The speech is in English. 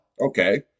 Okay